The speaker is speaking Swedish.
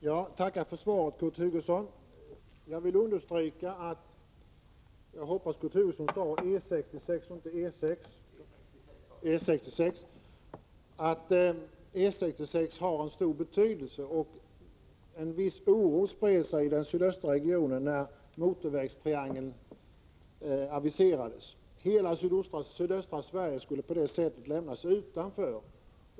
Fru talman! Jag tackar Kurt Hugosson för svaret. Jag vill understryka att E 66 har stor betydelse. En viss oro spred sig i den sydöstra regionen när motorvägstriangeln aviserades. Hela sydöstra Sverige skulle på det sättet lämnas utanför.